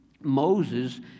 Moses